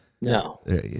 No